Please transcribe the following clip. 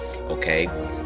Okay